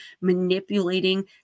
manipulating